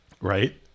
Right